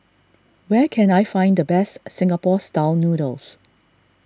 where can I find the best Singapore Style Noodles